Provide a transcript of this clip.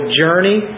journey